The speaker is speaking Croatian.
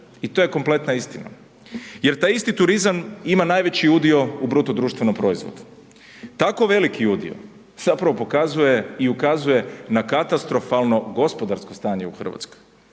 i to je kompletna istina jer taj isti turizam ima najveći udio u BDP-u. Tako veliki udio zapravo pokazuje i ukazuje na katastrofalno gospodarsko stanje u Hrvatskoj.